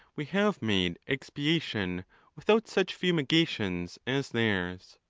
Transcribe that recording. we have made ex piation without such fumigations as theirs.